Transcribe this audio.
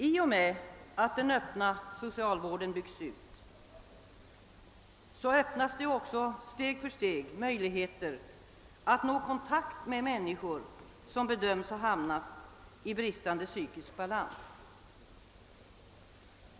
I och med ait den öppna socialvården byggs ut öppnas också steg för steg möjligheter att nå kontakt med människor som bedöms ha hamnat i bristande psykisk balans.